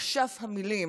אשף המילים,